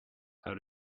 how